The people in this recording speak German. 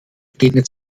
begegnet